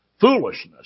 foolishness